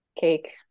cake